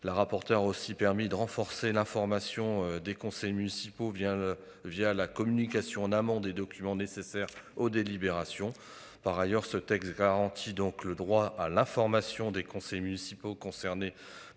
la rapporteure aussi permis de renforcer l'information des conseils municipaux bien via la communication en amont des documents nécessaires aux délibérations. Par ailleurs ce texte garantit donc le droit à l'information des conseils municipaux concernés